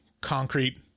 concrete